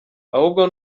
ahubwo